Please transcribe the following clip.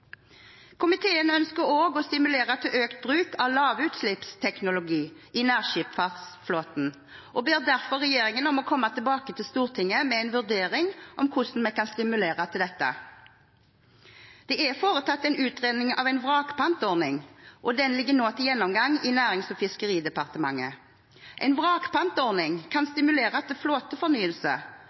Komiteen ønsker også å stimulere til økt bruk av lavutslippsteknologi i nærskipsfartsflåten og ber derfor regjeringen komme tilbake til Stortinget med en vurdering av hvordan vi kan stimulere til dette. Det er foretatt en utredning av en vrakpantordning, og den ligger nå til gjennomgang i Nærings- og fiskeridepartementet. En vrakpantordning kan stimulere til